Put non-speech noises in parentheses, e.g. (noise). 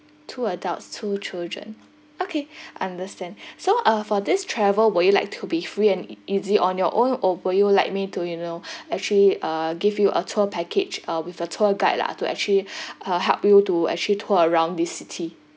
two adults two children okay (breath) understand (breath) so uh for this travel would you like to be free and easy on your own or would you like me to you know (breath) actually uh give you a tour package uh with a tour guide lah to actually (breath) uh help you to actually tour around the city